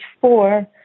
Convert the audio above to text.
four